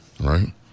right